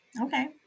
Okay